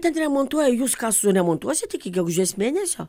ten remontuoja jūs ką suremontuosit iki gegužės mėnesio